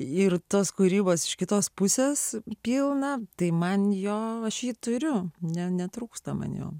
ir tos kūrybos iš kitos pusės pilna tai man jo švyturiu netrūksta maniau